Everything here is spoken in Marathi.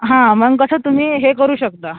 हां मग कसं तुम्ही हे करू शकता